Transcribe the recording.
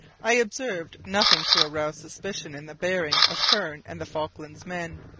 i observed nothing to arouse suspicion in the bearing of hearne and the falklands men.